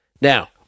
Now